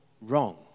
wrong